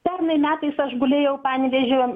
pernai metais aš gulėjau panevėžio